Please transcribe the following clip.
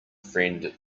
friend